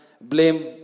blame